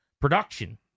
production